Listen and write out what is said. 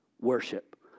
worship